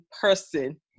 person